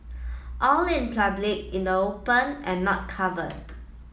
all in public in the open and not covered